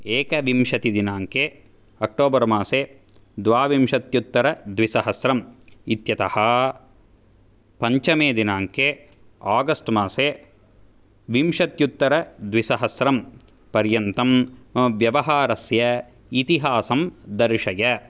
एकविंशतिदिनाङ्के October मासे द्वाविंश्त्त्यत्तरद्विसहस्रं इत्यतः पञ्चमे दिनाङ्के आगस्ट् मासे विंशत्युत्तरद्विसहस्रं पर्यन्तं मम व्यवहारस्य इतिहासं दर्शय